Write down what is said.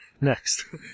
Next